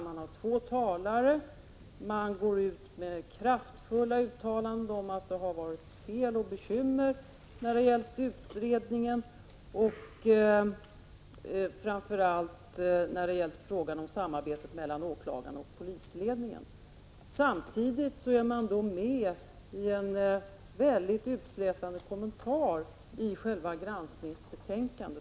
Man har två talare i ärendet, man går ut med kraftfulla uttalanden om att det har skett fel och varit bekymmer när det gällt utredningen och framför allt när det gällt samarbetet mellan åklagarna och polisledningen. Samtidigt är vpk med om en mycket utslätande kommentar i själva granskningsbetänkandet.